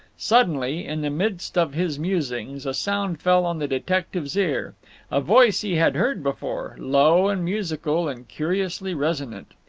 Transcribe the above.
suddenly, in the midst of his musings, a sound fell on the detective's ear a voice he had heard before, low and musical, and curiously resonant.